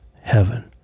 heaven